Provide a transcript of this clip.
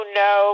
no